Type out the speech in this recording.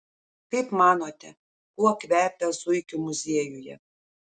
kaip manote kuo kvepia zuikių muziejuje